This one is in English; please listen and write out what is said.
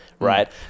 Right